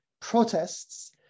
protests